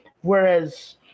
Whereas